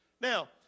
Now